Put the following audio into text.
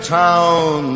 town